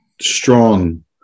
strong